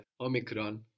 Omicron